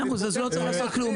מאה אחוז, אז לא צריך לעשות כלום.